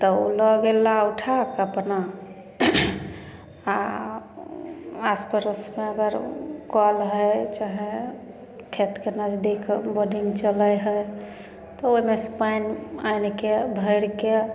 तब लऽगेला उठा कऽ अपना आसपड़ोसमे अगर कल हइ चाहे खेतके नजदीक बोरिंग चलऽ हइ तऽ ओहिमे से पानि आनिके भैरिके